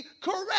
correct